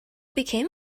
became